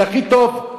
זה הכי טוב.